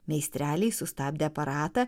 meistreliai sustabdė aparatą